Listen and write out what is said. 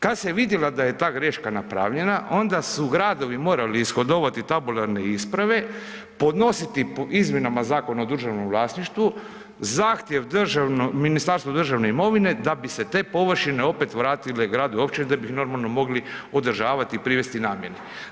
Kad se vidjela da je ta greška napravljena, onda su gradovi morali ishodovati tabularne isprave, podnositi izmjenama Zakona o državnom vlasništvu, zahtjev Ministarstvu državne imovine da bi se te površine opet vratile gradu ili općini da bi ih normalno mogli održavati i privesti namjeni.